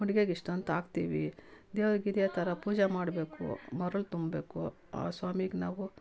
ಹುಂಡೀಗ್ ಇಷ್ಟು ಅಂತ ಹಾಕ್ತೀವಿ ದೇವ್ರಿಗೆ ಇದೇ ಥರ ಪೂಜೆ ಮಾಡಬೇಕು ಮರಲ್ ತುಂಬೇಕು ಆ ಸ್ವಾಮಿಗೆ ನಾವು